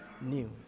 new